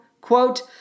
Quote